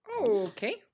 Okay